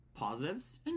positives